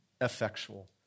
effectual